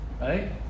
Right